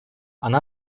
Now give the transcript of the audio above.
она